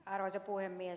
arvoisa puhemies